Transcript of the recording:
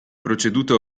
proceduto